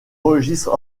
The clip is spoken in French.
registre